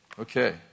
Okay